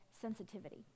sensitivity